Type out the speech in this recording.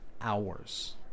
hours